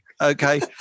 okay